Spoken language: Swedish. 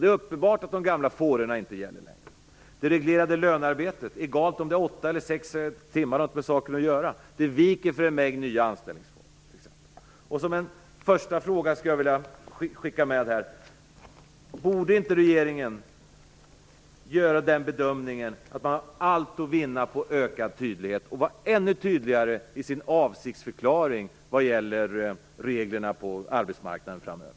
De är uppenbart att de gamla fårorna inte gäller längre. Det reglerade lönearbetet - det har inte med saken att göra om det är sex eller åtta timmar - viker för en mängd nya anställningsformer. Jag skulle vilja skicka med en fråga. Borde inte regeringen göra den bedömningen att man har allt att vinna på en ökad tydlighet och därmed vara ännu tydligare i sin avsiktsförklaring vad gäller reglerna på arbetsmarknaden framöver?